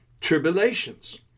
tribulations